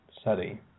study